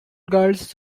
girls